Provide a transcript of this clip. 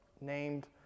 named